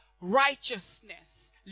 righteousness